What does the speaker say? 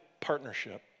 partnership